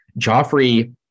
Joffrey